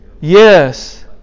Yes